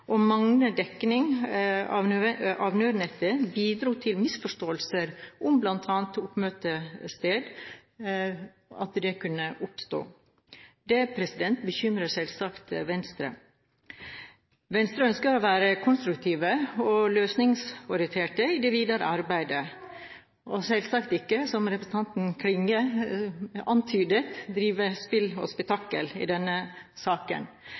og manglende dekning av nødnettet bidro til misforståelser om bl.a. oppmøtested – at det kunne oppstå. Det bekymrer selvsagt Venstre. Venstre ønsker å være konstruktiv og løsningsorientert i det videre arbeidet – og selvsagt ikke, som representanten Klinge antydet, drive spill og spetakkel i denne saken.